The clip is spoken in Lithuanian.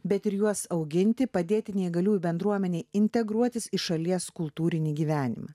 bet ir juos auginti padėti neįgaliųjų bendruomenei integruotis į šalies kultūrinį gyvenimą